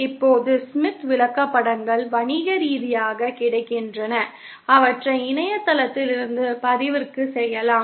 இப்போது ஸ்மித் விளக்கப்படங்கள் வணிக ரீதியாக கிடைக்கின்றன அவற்றை இணையத்திலிருந்து பதிவிறக்கம் செய்யலாம்